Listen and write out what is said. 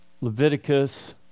Leviticus